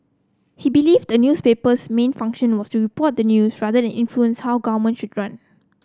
he believed the newspaper's main function was to report the news rather than influence how government should run